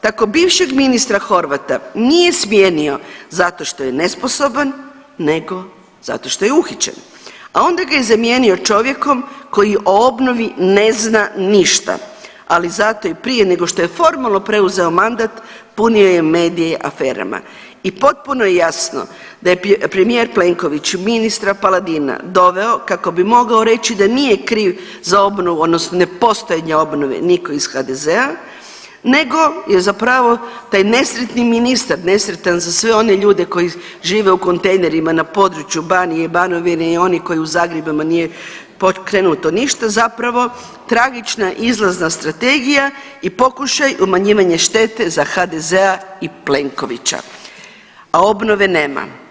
Tako bivšeg ministra Horvata nije smijenio zato što je nesposoban nego zato što je uhićen, a onda ga je zamijenio čovjekom koji o obnovi ne zna ništa, ali zato i prije nego što je formalno preuzeo mandat puno je medije aferama i potpuno je jasno da je premijer Plenković ministra Paladina doveo kako bi mogao reći da nije kriv za obnovu odnosno ne postojanje obnove niko iz HDZ-a nego je zapravo taj nesretni ministar, nesretan za sve one ljude koji žive u kontejnerima na području Banije i Banovine i oni koji u Zagrebu nije pokrenuto ništa zapravo tragična izlazna strategija i pokušaj umanjivanja štete za HDZ i Plenkovića, a obnove nema.